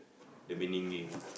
the beninging